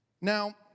now